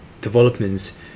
developments